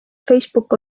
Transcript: facebook